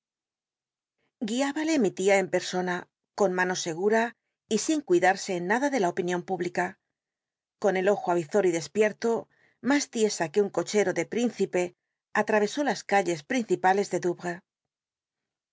guiábale mi tia en persona con mano segura y sin cuidarse en nada de la opinion pública con el ojo avizor y despierto mas tiesa que un cocbcto de príncipe almvesó las calles principales de douwes